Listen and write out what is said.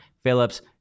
Phillips